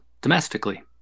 domestically